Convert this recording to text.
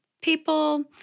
People